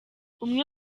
umwe